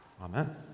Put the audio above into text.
Amen